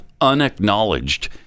Unacknowledged